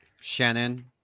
Shannon